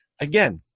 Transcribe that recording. again